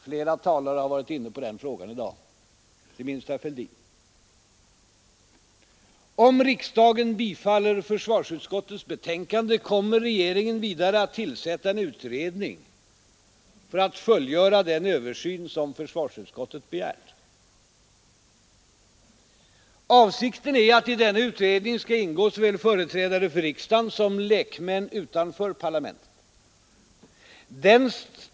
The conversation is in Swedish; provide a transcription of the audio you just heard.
Flera talare har varit inne på den frågan i dag, inte minst herr Fälldin. Om riksdagen bifaller försvarsutskottets betänkande kommer regeringen vidare att tillsätta en utredning för att fullgöra den översyn som försvarsutskottet begärt. Avsikten är att i denna utredning skall ingå såväl företrädare för riksdagen som lekmän utanför parlamentet.